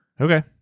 okay